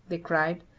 they cried,